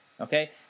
okay